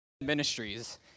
Ministries